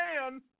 man